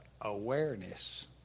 awareness